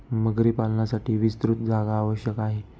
मगरी पालनासाठी विस्तृत जागा आवश्यक आहे